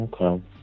Okay